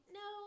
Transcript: no